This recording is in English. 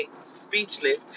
speechless